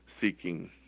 seeking